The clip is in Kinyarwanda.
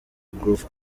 groove